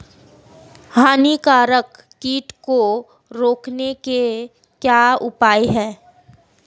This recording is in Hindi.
हानिकारक कीट को रोकने के क्या उपाय हैं?